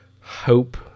Hope